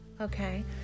okay